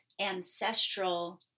ancestral